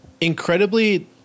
Incredibly